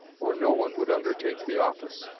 or no one would undertake the office.